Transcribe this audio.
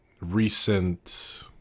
recent